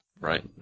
Right